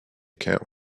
account